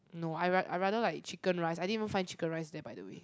no I ra~ I rather like chicken rice I didn't even find chicken rice there by the way